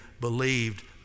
believed